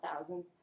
thousands